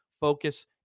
focus